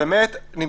אתם